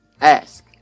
Ask